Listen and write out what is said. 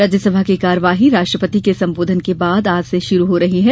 राज्यसभा की कार्यवाही राष्ट्रपति के संबोधन के बाद आज से शुरू हो रही है